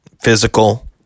physical